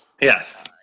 Yes